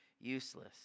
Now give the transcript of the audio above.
useless